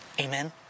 Amen